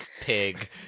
Pig